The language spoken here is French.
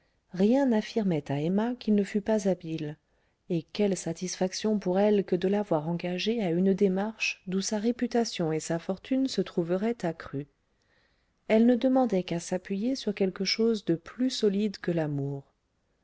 rien n'affirmait à emma qu'il ne fût pas habile et quelle satisfaction pour elle que de l'avoir engagé à une démarche d'où sa réputation et sa fortune se trouveraient accrues elle ne demandait qu'à s'appuyer sur quelque chose de plus solide que l'amour